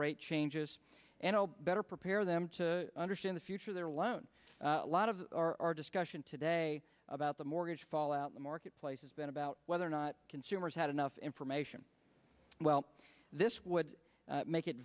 rate changes and better prepare them to understand the future of their loan a lot of our discussion today about the mortgage fallout the marketplace has been about whether or not consumers had enough information well this would make it